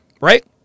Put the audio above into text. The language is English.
Right